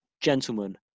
gentlemen